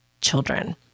children